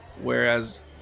whereas